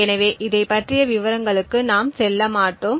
எனவே இதைப் பற்றிய விவரங்களுக்கு நாம் செல்ல மாட்டோம்